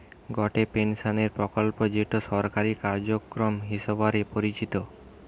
গটে পেনশনের প্রকল্প যেটো সরকারি কার্যক্রম হিসবরে পরিচিত